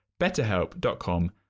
betterhelp.com